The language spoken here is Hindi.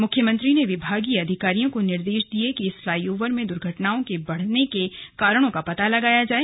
मुख्यमंत्री ने विभागीय अधिकारियों को निर्देश दिये कि इस फ्लाई ओवर में दुर्घटनाओं के बढ़ने के कारणों का पता लगाया जाये